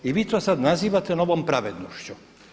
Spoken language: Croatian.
I vi to sad nazivate novom pravednošću.